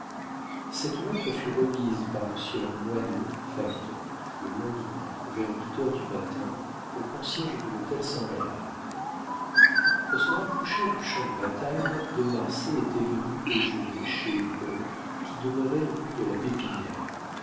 cette lettre fut remise par le sieur moinot facteur le lendemain vers huit heures du matin au concierge de l'hôtel san réal pour se rapprocher du champ de bataille de marsay était venu déjeuner chez paul qui demeurait rue de la pépinière